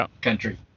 country